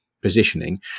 positioning